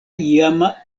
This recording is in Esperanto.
iama